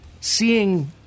Seeing